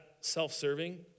self-serving